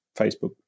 Facebook